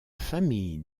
famille